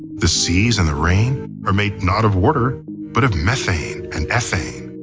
the seas and the rain are made not of water but of methane and ethane.